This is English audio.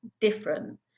different